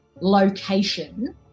location